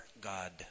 God